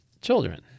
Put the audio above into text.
children